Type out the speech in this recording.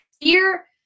Fear